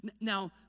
Now